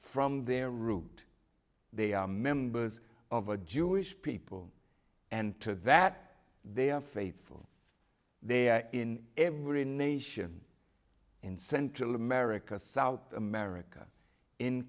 from their root they are members of a jewish people and to that they are faithful they are in every nation in central america south america in